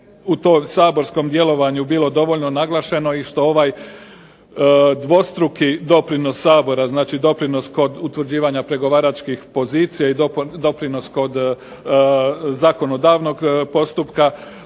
u tom saborskom djelovanju bilo dovoljno naglašeno i što ovaj dvostruki doprinos Sabora, znači doprinos kod utvrđivanja pregovaračkih pozicija, i doprinos kod zakonodavnog postupka,